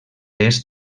est